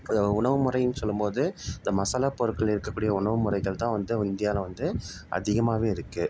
உணவு முறைனு சொல்லும்போது இந்த மசாலா பொருட்கள் இருக்கக்கூடிய உணவு முறைகள் தான் வந்து இந்தியாவில் வந்து அதிகமாகவே இருக்குது